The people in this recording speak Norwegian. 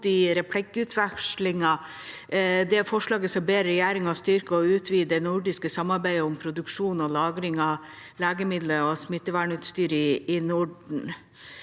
i replikkvekslingen: Forslaget ber regjeringa styrke og utvide det nordiske samarbeidet om produksjon og lagring av legemidler og smittevernutstyr i Norden.